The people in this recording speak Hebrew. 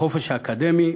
בחופש האקדמי,